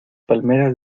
palmeras